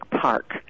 Park